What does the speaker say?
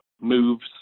Moves